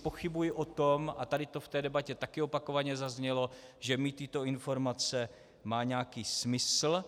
Pochybuji o tom, a tady to v té debatě také opakovaně zaznělo, že mít tyto informace má nějaký smysl.